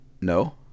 No